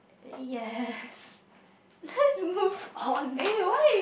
yes let's move on